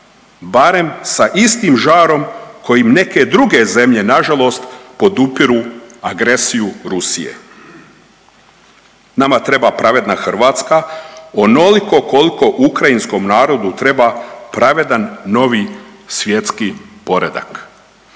barem sa istim žarom kojim neke druge zemlje nažalost podupiru agresiju Rusije. Nama treba pravedna Hrvatska onoliko koliko ukrajinskom narodu treba pravedan novi svjetski poredak.